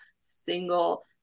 single